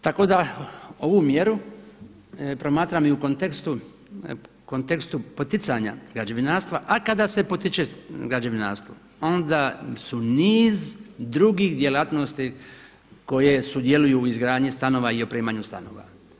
Tako da ovu mjeru promatram i u kontekstu poticanja građevinarstva, a kada se potiče građevinarstvo onda su niz drugih djelatnosti koje sudjeluju u izgradnji i opremanju stanova.